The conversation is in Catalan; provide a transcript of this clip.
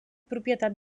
propietat